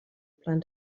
plan